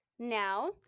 Now